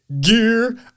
gear